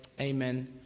Amen